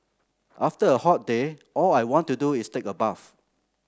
after a hot day all I want to do is take a bath